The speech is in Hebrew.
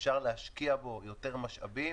אפשר להשקיע בו יותר משאבים,